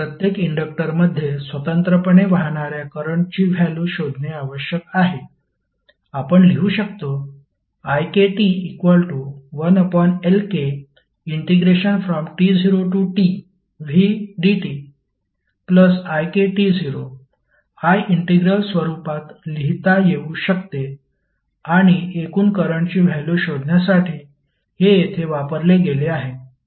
प्रत्येक इंडक्टरमध्ये स्वतंत्रपणे वाहणार्या करंटची व्हॅल्यु शोधणे आवश्यक आहे आपण लिहू शकतो ikt1Lkt0tvdtik i इंटिग्रल स्वरूपात लिहिता येऊ शकते आणि एकूण करंटची व्हॅल्यु शोधण्यासाठी हे येथे वापरले गेले आहे